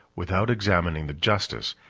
without examining the justice,